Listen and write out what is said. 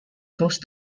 close